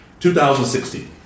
2016